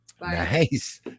nice